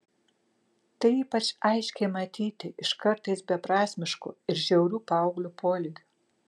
tai ypač aiškiai matyti iš kartais beprasmiškų ir žiaurių paauglių poelgių